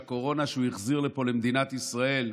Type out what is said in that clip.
על הקורונה שהוא החזיר לפה למדינת ישראל,